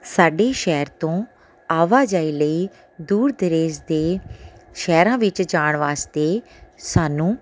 ਸਾਡੇ ਸ਼ਹਿਰ ਤੋਂ ਆਵਾਜਾਈ ਲਈ ਦੂਰ ਦਰੇਜ਼ ਦੇ ਸ਼ਹਿਰਾਂ ਵਿੱਚ ਜਾਣ ਵਾਸਤੇ ਸਾਨੂੰ